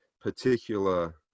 particular